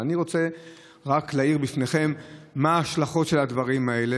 אני רוצה רק להעיר בפניכם מה ההשלכות של הדברים האלה,